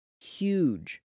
huge